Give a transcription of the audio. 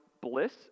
bliss